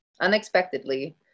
unexpectedly